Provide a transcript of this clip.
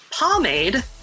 pomade